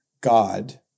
God